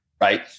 right